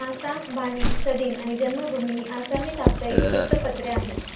आसाम बानी सदीन आणि जन्मभूमी ही आसामी साप्ताहिक वृत्तपत्रे आहेत